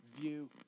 view